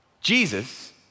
Jesus